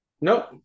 Nope